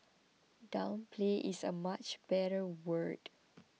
downplay is a much better word